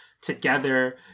together